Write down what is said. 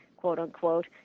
quote-unquote